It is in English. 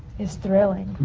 is thrilling.